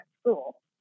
school